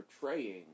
portraying